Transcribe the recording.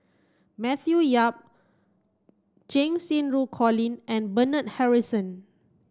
Matthew Yap Cheng Xinru Colin and Bernard Harrison